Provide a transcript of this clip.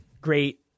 Great